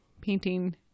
painting